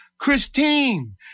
Christine